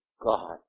God